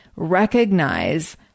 recognize